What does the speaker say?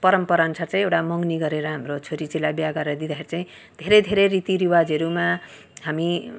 परम्परा अनुसार चाहिँ एउटा मगनी गरेर हाम्रो छारी चेलीलाई बिहा गरेर दिँदाखेरि चाहिँ धेरै धेरै रीतिरिवाजहरूमा हामी